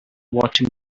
watching